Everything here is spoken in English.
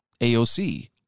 AOC